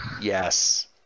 Yes